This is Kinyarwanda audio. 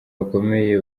bakomeye